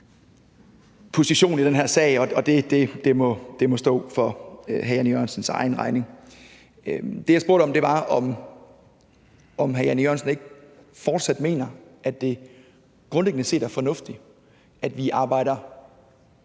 position i den her sag, og det må stå for hr. Jan E. Jørgensens egen regning. Det, jeg spurgte om, var, om hr. Jan E. Jørgensen ikke fortsat mener, at det grundlæggende set er fornuftigt, at vi arbejder